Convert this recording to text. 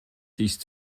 ist